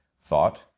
thought